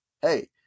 Hey